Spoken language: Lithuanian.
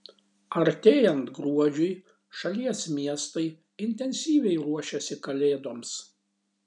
artėjant gruodžiui šalies miestai intensyviai ruošiasi kalėdoms